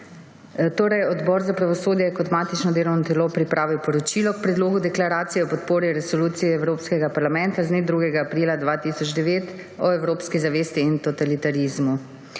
lepa. Odbor za pravosodje je kot matično delovno telo pripravil poročilo k Predlogu deklaracije o podpori Resoluciji Evropskega parlamenta z dne 2. aprila 2009 o evropski zavesti in totalitarizmu.